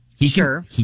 Sure